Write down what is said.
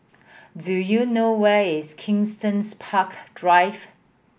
do you know where is Kensington's Park Drive